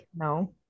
No